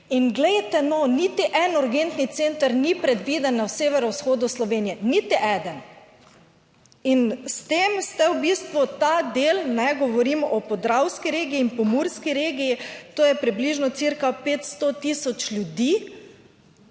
in glejte no, niti en urgentni center ni predviden na severovzhodu Slovenije, niti eden. In s tem ste v bistvu ta del, kajne, govorim o podravski regiji in pomurski regiji, to je približno cirka 500 tisoč ljudi,